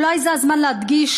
אולי זה הזמן להדגיש,